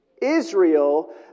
Israel